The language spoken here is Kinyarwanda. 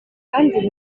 kandi